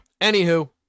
anywho